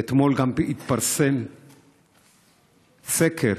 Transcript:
אתמול גם התפרסם סקר